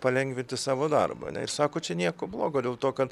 palengvinti savo darbą ne ir sako čia nieko blogo dėl to kad